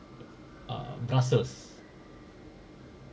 uh castles